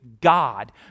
God